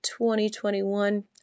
2021